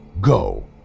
go